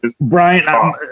Brian